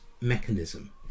mechanism